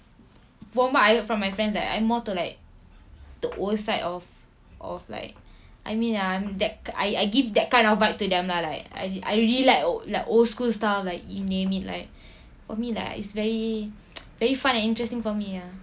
from what I heard from my friends like I'm more to like the old side of of like I mean ya I'm that I I give that kind of vibe to them lah like I I really like oh like old school style like you name it like for me like it's very very fun and interesting for me ah